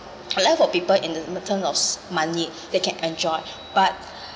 a life for people in the in the term of s~ money they can enjoy but